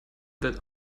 that